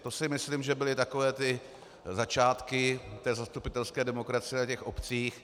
To si myslím, že byly takové ty začátky té zastupitelské demokracie na obcích.